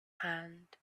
hand